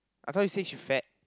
I thought you say she fat